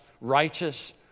righteous